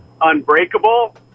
Unbreakable